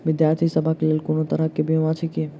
विद्यार्थी सभक लेल कोनो तरह कऽ बीमा छई की?